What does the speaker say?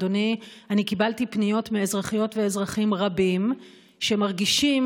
אדוני: אני קיבלתי פניות מאזרחיות ואזרחים רבים שמרגישים,